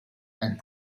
and